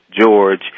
George